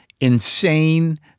insane